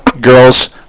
girls